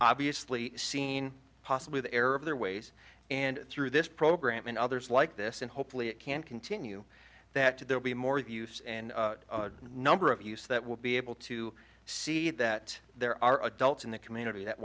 obviously seen possibly the error of their ways and through this program and others like this and hopefully it can continue that they will be more use and number of use that will be able to see that there are adults in the community that